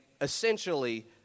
essentially